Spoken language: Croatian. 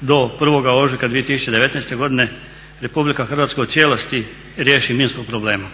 do 1. ožujka 2019. godine RH u cijelosti riješi minskog problema.